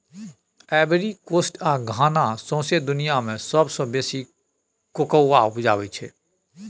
Ivory Coast आ Ghana सौंसे दुनियाँ मे सबसँ बेसी कोकोआ उपजाबै छै